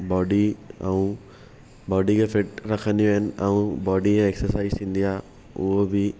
body ऐं बॉडीअ खे फिट रखंदियूं आहिनि ऐं बॉडीअ एक्सर्साइज़ थींदी आहे उहो बि